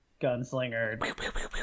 gunslinger